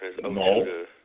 no